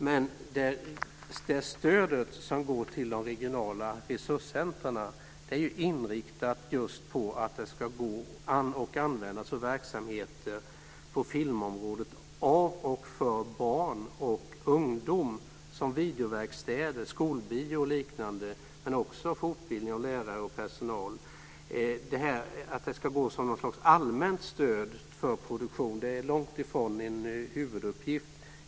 Men det stöd som går till de regionala resurscentrumen är inriktat just på att det ska kunna användas för barn och ungdomar för verksamheter på filmområdet, videoverkstäder, skolbio och liknande, men också för fortbildning av lärare och personal. Att det ska gå till något slags allmänt stöd för produktion är långtifrån en huvuduppgift.